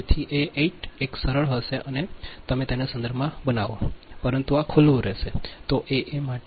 તેથી એ એઈટ એક સરળ હશે કે તમે તેને સંદર્ભમાં બનાવો સંદર્ભમાં બનાવો પરંતુ આ ખુલ્લું રહેશે